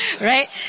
right